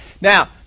Now